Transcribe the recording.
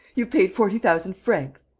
you've paid forty thousand francs!